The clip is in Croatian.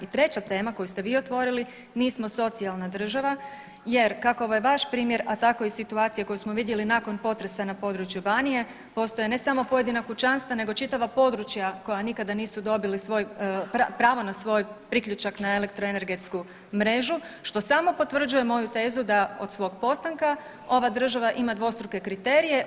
I treća tema koju ste vi otvorili, nismo socijalna država jer kako ovaj vaš primjer, a tako i situacija koju smo vidjeli nakon potresa na području Banije postoje ne samo pojedina kućanstva nego čitava područja koja nikada nisu dobili svoj pravno na svoj priključak na elektroenergetsku mrežu što samo potvrđuje moju tezu da od svog postanka ova država ima dvostruke kriterije.